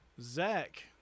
Zach